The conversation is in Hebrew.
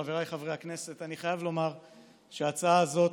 חבריי חברי הכנסת, אני חייב לומר שההצעה הזאת,